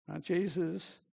Jesus